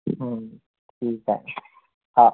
हं ठीक आहे हा